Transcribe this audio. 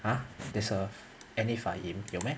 !huh! there's a N_A fahim 有 meh